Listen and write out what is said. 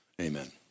Amen